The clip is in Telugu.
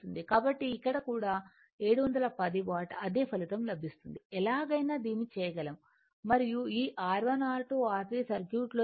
కాబట్టి ఇక్కడ కూడా 710 వాట్ అదే ఫలితం లభిస్తుంది ఎలాగైనా దీన్ని చేయగలము మరియు ఈ R1 R2 R3 సర్క్యూట్ లో ఇవ్వబడినది